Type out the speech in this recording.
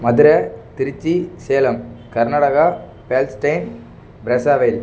Madurai Trichy Salem Karnataka Palestine பிரசாவேல்